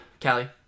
Callie